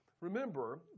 Remember